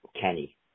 Kenny